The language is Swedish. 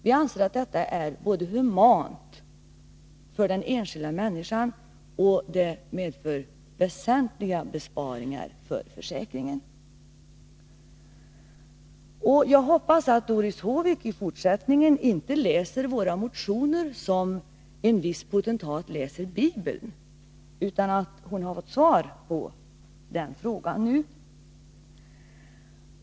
Vi anser att detta både är humant mot den enskilda människan och medför väsentliga besparingar för försäkringen. Jag hoppas att Doris Håvik nu har fått svar på sin fråga och att hon i fortsättningen inte läser våra motioner som en viss potentat läser Bibeln.